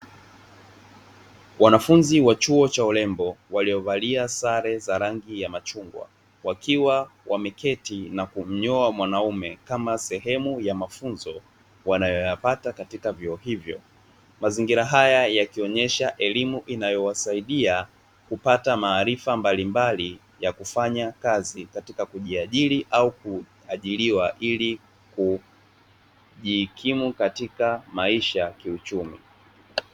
Wanafunzi wa chuo cha urembo waliovalia sare za rangi ya machungwa wakiwa wameketi na kumnyoa mwanaume kama sehemu ya mafunzo wanayoyapata katika vyuo hivyo, mazingira haya yakionyesha elimu inayowasaidia kupata maarifa mbalimbali ya kufanya kazi katika kujiajiri au kuajiriwa ili kujikimu katika maisha ya kiuchumi.